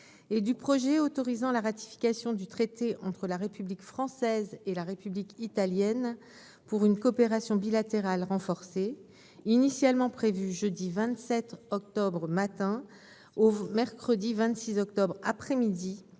et du projet de loi autorisant la ratification du traité entre la République française et la République italienne pour une coopération bilatérale renforcée, initialement prévu jeudi 27 octobre matin, au mercredi 26 octobre après-midi